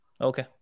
Okay